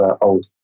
old